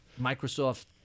Microsoft